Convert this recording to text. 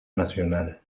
nacional